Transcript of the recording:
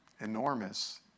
enormous